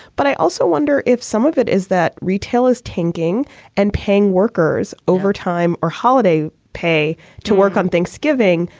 but i also wonder if some of it is that retail is tanking and paying workers overtime or holiday pay to work on thanksgiving,